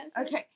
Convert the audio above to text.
Okay